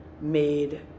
made